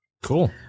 Cool